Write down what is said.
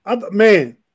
Man